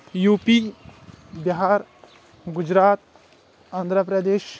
U P Bihar Gujarat Andhra Pradesh